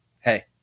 Hey